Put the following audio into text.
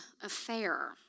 affair